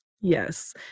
Yes